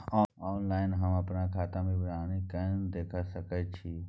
Online हम अपन खाता के विवरणी केना देख सकै छी?